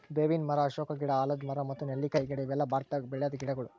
ಬೇವಿನ್ ಮರ, ಅಶೋಕ ಗಿಡ, ಆಲದ್ ಮರ ಮತ್ತ್ ನೆಲ್ಲಿಕಾಯಿ ಗಿಡ ಇವೆಲ್ಲ ಭಾರತದಾಗ್ ಬೆಳ್ಯಾದ್ ಗಿಡಗೊಳ್